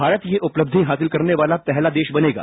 भारत यह उपलब्धि हासिल करने वाला पहला देश बनेगा